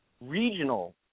regional